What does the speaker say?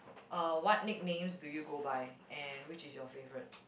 uh what nicknames do you go by and which is your favourite